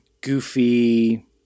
goofy